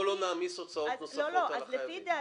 בואו לא נעמיס הוצאות נוספות על החייבים.